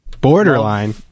Borderline